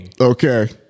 Okay